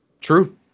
True